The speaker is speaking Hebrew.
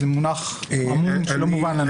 זה מונח שלא מובן לנו.